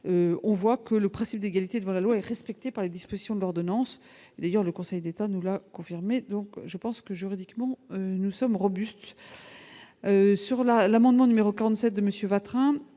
on voit que le principe d'égalité devant la loi est respectée par les dispositions de l'ordonnance, le Conseil d'État nous l'a confirmé, donc je pense que juridiquement nous sommes robuste sur la l'amendement numéro 47 de monsieur